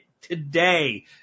today